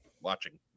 watching